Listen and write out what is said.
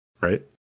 right